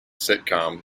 sitcom